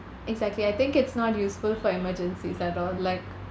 exactly I think it's not useful for emergencies at all like